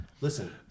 Listen